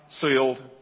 sealed